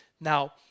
Now